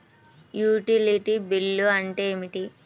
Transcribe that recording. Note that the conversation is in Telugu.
యుటిలిటీ బిల్లు అంటే ఏమిటి?